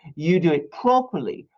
you do it properly,